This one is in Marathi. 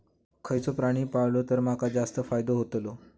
खयचो प्राणी पाळलो तर माका जास्त फायदो होतोलो?